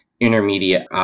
intermediate